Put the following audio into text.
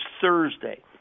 Thursday